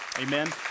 Amen